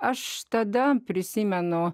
aš tada prisimenu